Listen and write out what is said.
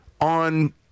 on